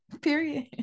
Period